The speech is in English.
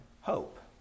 hope